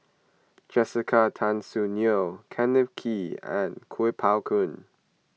Jessica Tan Soon Neo Kenneth Kee and Kuo Pao Kun